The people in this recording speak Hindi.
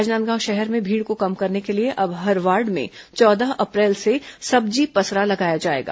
राजनांदगांव शहर में भीड़ को कम करने के लिए अब हर वार्ड में चौदह अप्रैल से सब्जी पसरा लगाया जाएगा